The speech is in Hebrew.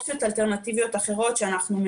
אני לא מפוטרת ואני לא